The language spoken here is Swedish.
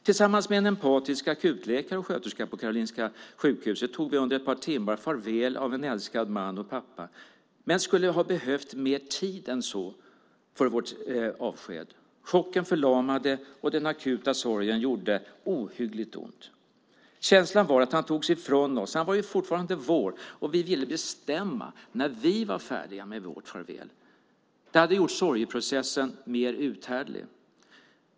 Tillsammans med en empatisk akutläkare och sköterska på Karolinska sjukhuset tog vi under ett par timmar farväl av en älskad man och pappa men skulle ha behövt mer tid än så för vårt avsked. Chocken förlamade, och den akuta sorgen gjorde ohyggligt ont. Känslan var att han togs ifrån oss. Han var ju fortfarande vår, och vi ville bestämma när vi var färdiga med vårt farväl. Det hade gjort sorgeprocessen mer uthärdlig.